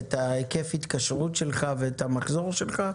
את היקף ההתקשרות שלך ואת המחזור שלך?